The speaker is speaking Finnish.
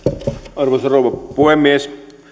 arvoisa rouva puhemies